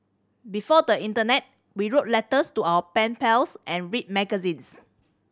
before the internet we wrote letters to our pen pals and read magazines